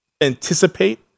anticipate